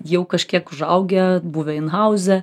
jau kažkiek užaugę buvę inhauze